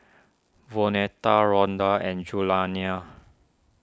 Vonetta Rondal and Julianna